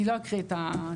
אני לא אקריא את הציטוטים,